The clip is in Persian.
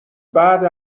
بعد